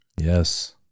Yes